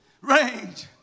range